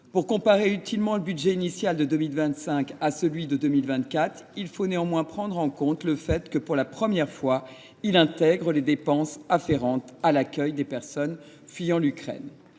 Pour comparer utilement le budget prévu pour 2025 à celui de 2024, il faut néanmoins prendre en compte le fait que, pour la première fois, les dépenses afférentes à l’accueil des personnes fuyant l’Ukraine